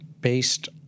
based